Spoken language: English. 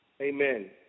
Amen